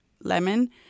lemon